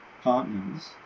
partners